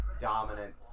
dominant